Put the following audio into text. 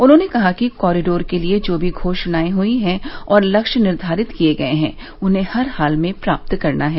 उन्होंने कहा कि कॉरिडोर के लिये जो भी घोषणाए हुई है और लक्ष्य निर्धारित किये गये हैं उन्हें हर हाल में प्राप्त करना है